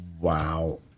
wow